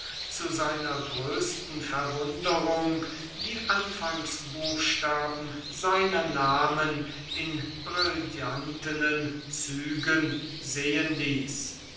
zu seiner größten verwunderung die anfangsbuchstaben seiner namen in brillantenen zügen sehen ließ